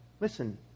Listen